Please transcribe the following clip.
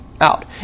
out